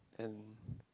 and